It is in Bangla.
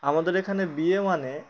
আমাদের এখানে বিয়ে মানে